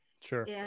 Sure